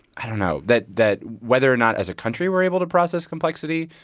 i don't know, that that whether or not as a country we're able to process complexity,